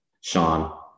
sean